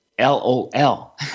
LOL